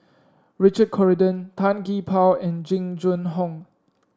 Richard Corridon Tan Gee Paw and Jing Jun Hong